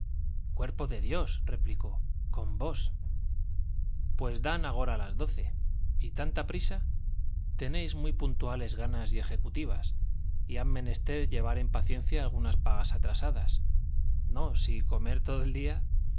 cuerpo de dios replicó con vos pues dan agora las doce y tanta prisa tenéis muy puntuales ganas y ejecutivas y han menester llevar en paciencia algunas pagas atrasadas no sino comer todo el día